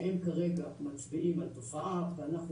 שהם כרגע מצביעים על תופעה ואנחנו